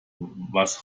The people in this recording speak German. was